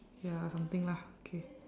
ya something lah okay